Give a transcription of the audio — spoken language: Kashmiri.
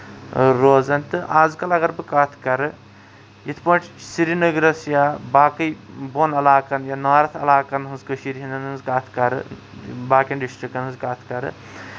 روزان تہٕ آز کَل اَگر بہٕ کَتھ کَرٕ یِتھۍ پٲٹھۍ سری نَگرس یا باقی بۄن علاقَن یا نارتھ علاقَن ہٕنٛز کٔشیٖر ہِنٛدٮ۪ن ہٕنٛزکَتھ کَرٕ باقین ڈسٹرکن ہٕنٛز کَتھ کَرٕ